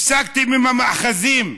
הפסקתם עם המאחזים,